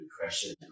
depression